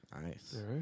Nice